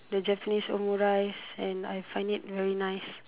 the Japanese omu rice and I find it very nice